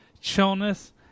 chillness